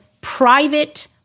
private